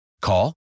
Call